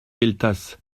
gueltas